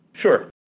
Sure